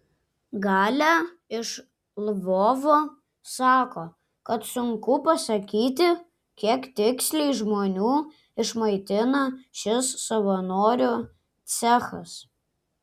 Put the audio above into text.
galia iš lvovo sako kad sunku pasakyti kiek tiksliai žmonių išmaitina šis savanorių cechas